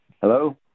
Hello